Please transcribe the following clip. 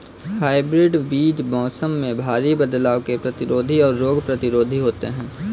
hybrid बीज मौसम में भारी बदलाव के प्रतिरोधी और रोग प्रतिरोधी होते हैं